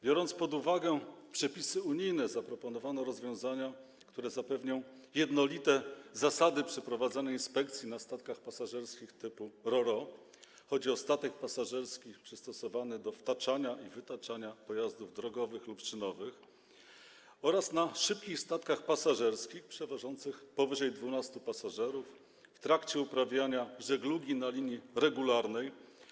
Biorąc pod uwagę przepisy unijne, zaproponowane rozwiązania zapewnią jednolite zasady przeprowadzania inspekcji na statkach pasażerskich typu ro-ro, chodzi o statek pasażerski przystosowany do wtaczania i wytaczania pojazdów drogowych lub szynowych, oraz na szybkich statkach pasażerskich przewożących powyżej 12 pasażerów w trakcie uprawiania żeglugi na linii regularnej.